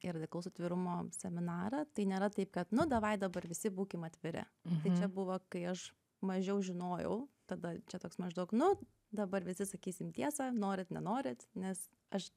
ir laikausi atvirumo seminarą tai nėra taip kad nu davai dabar visi būkim atviri tai čia buvo kai aš mažiau žinojau tada čia toks maždaug nu dabar visi sakysim tiesą norit nenorit nes aš